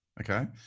Okay